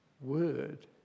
word